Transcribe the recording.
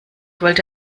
wollte